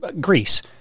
Greece